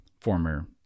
former